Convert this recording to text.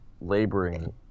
laboring